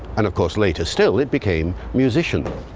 and of course, later still, it became musician.